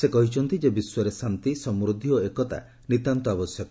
ସେ କହିଛନ୍ତି ଯେ ବିଶ୍ୱରେ ଶାନ୍ତି ସମୃଦ୍ଧି ଓ ଏକତା ନିତାନ୍ତ ଆବଶ୍ୟକ